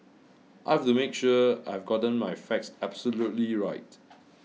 I have to make sure I have gotten my facts absolutely right